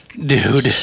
Dude